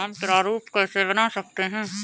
हम प्रारूप कैसे बना सकते हैं?